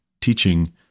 teaching